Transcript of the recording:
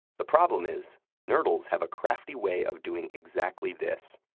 the problem is nurdles have a crafty way of doing exactly this.